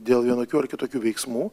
dėl vienokių ar kitokių veiksmų